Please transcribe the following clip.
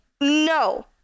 no